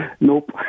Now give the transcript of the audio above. Nope